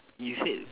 you said